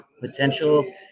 potential